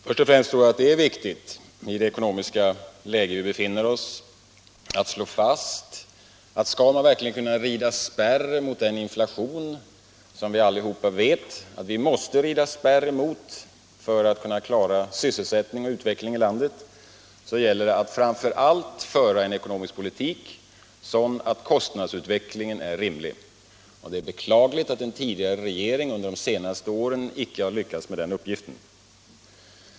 Först och främst tror jag att det är viktigt, i det ekonomiska läge där vi befinner oss, att slå fast att det — om vi verkligen skall kunna rida spärr mot den inflation som vi allihop vet att vi måste rida spärr emot för att klara sysselsättningen och utvecklingen i landet — framför allt gäller att föra en sådan ekonomisk politik att vi får en rimlig kostnadsutveckling. Det är beklagligt att den tidigare regeringen under de senaste åren inte har lyckats med den uppgiften.